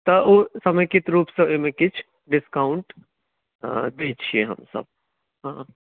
तऽ ओ समेकित रूपसँ ओहिमे किछु डिस्काउंट दैत छियै हमसभ हँ